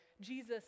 Jesus